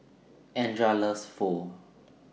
Andria loves Pho